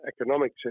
economic